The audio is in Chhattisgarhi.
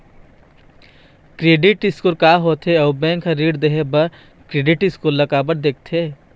क्रेडिट स्कोर का होथे अउ बैंक हर ऋण देहे बार क्रेडिट स्कोर ला काबर देखते?